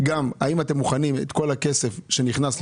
האם אתם מוכנים שכל הכסף שנכנס,